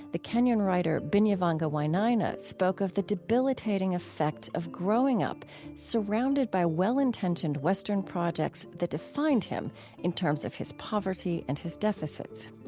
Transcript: the kenyan writer binyavanga wainaina spoke of the debilitating effect of growing up surrounded by well-intentioned western projects that defined him in terms of his poverty and his deficits.